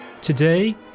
Today